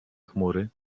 chmury